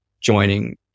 joining